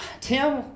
Tim